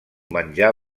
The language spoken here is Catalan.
menjar